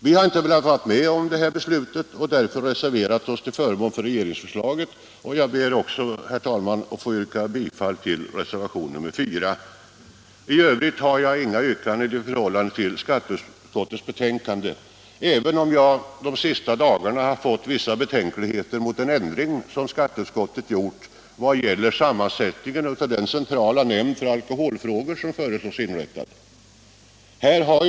Vi har inte velat vara med om det här beslutet, och därför har vi reserverat oss till förmån för regeringsförslaget. Jag ber också, herr talman, att få yrka bifall till reservationen 4. I övrigt har jag inget yrkande när det gäller skatteutskottets betänkande, även om jag de senaste dagarna har börjat hysa vissa betänkligheter mot den ändring som skatteutskottet gjort vad gäller sammansättningen av den centrala nämnd för alkoholfrågor som föreslås bli inrättad.